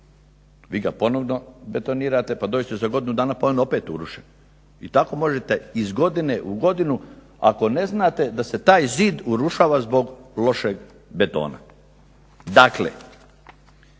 Vi ga ponovo betonirate, pa dođete za godinu dana pa je on opet urušen i tako možete iz godine u godinu, ako ne znate da se taj zid urušava zbog lošeg betona. Dakle